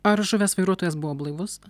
ar žuvęs vairuotojas buvo blaivus